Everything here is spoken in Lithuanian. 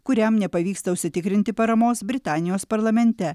kuriam nepavyksta užsitikrinti paramos britanijos parlamente